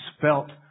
felt